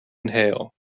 inhale